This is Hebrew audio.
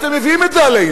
אתם מביאים את זה עלינו.